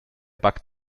backt